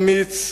אמיץ,